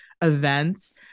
events